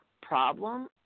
problem